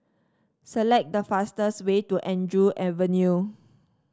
select the fastest way to Andrew Avenue